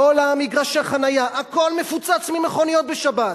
כל מגרשי החנייה, הכול מפוצץ ממכוניות בשבת.